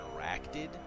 interacted